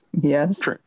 yes